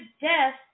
death